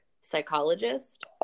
psychologist